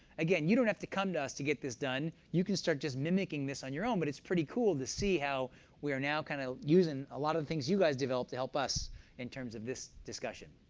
again, you don't have to come to us to get this done. you can start just mimicking this on your own, but it's pretty cool to see how we are now kind of using a lot of the things you guys developed to help us in terms of this discussion.